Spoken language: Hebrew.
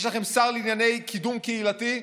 יש לכם שר לענייני קידום קהילתי,